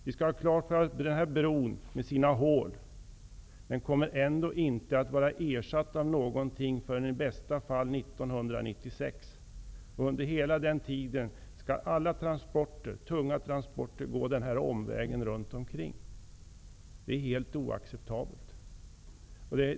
Man måste ha klart för sig att den här bron, med sina hål, ändå inte kommer att ersättas av något annat förrän i bästa fall år 1996. Under hela tiden fram till dess skall alla transporter gå den här omvägen. Det är helt oacceptabelt.